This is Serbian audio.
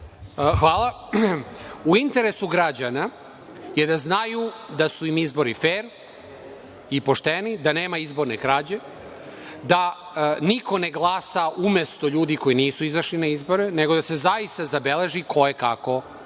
Hvala.U interesu građana je da znaju da su im izbori fer i pošteni, da nema izborne krađe, da niko ne glasa umesto ljudi koji nisu izašli na izbore, nego da se zaista zabeleži ko je kako glasao.